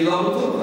אני לא צוחק.